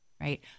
right